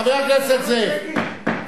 חבר הכנסת זאב.